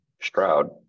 Stroud